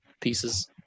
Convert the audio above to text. pieces